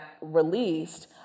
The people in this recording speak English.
released